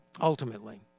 ultimately